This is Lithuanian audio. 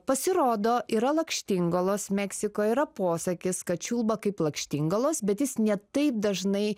pasirodo yra lakštingalos meksikoje yra posakis kad čiulba kaip lakštingalos bet jis ne taip dažnai